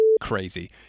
crazy